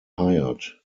hired